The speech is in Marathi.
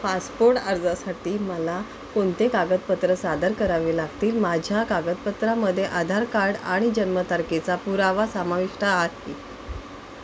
पासपोर्ट अर्जासाठी मला कोणते कागदपत्रं सादर करावे लागतील माझ्या कागदपत्रामध्ये आधार कार्ड आणि जन्मतारखेचा पुरावा समाविष्ट आहे